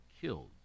killed